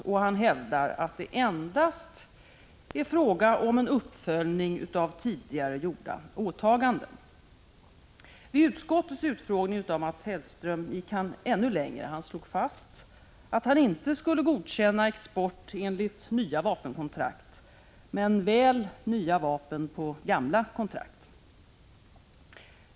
Mats Hellström hävdar att det endast är fråga om en uppföljning av tidigare gjorda åtaganden. Vid utskottets utfrågning av Mats Hellström gick han ännu längre. Han slog fast att han inte skulle godkänna export enligt nya vapenkontrakt men väl nya vapen på gamla kontrakt.